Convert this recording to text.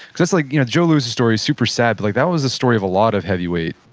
because like you know joe louis' story is super sad. but like that was a story of a lot of heavyweight,